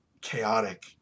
chaotic